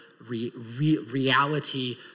reality